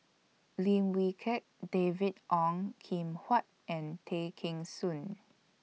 Lim Wee Kiak David Ong Kim Huat and Tay Kheng Soon